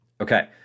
Okay